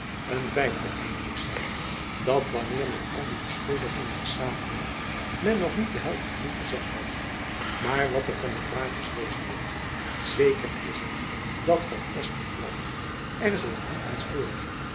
een vijfde eindelijk zeide dat wanneer men al die beschuldigingen te zamen nam men nog niet de helft genoeg gezegd had maar wat er van de praatjens wezen mocht zeker is het dat van espenblad er zich niet aan stoorde